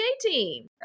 team